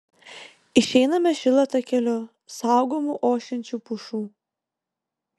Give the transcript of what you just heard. išeiname šilo takeliu saugomu ošiančių pušų